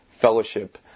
fellowship